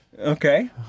okay